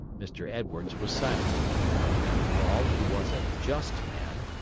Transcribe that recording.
mr. edwards was silent after all, he was a just man.